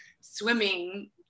swimming